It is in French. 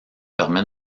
permet